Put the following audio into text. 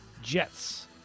Jets